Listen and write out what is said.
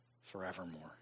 forevermore